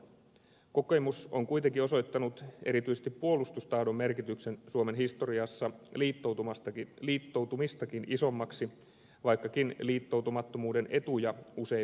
kokemus on kuitenkin osoittanut erityisesti puolustustahdon merkityksen suomen historiassa liittoutumistakin isommaksi vaikkakin liittoutumattomuuden etuja usein vähätellään